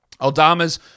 Aldama's